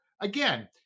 again